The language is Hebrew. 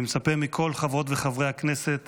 אני מצפה מכל חברות וחברי הכנסת